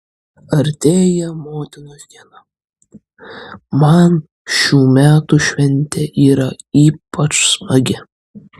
artėja motinos diena man šių metų šventė yra ypač smagi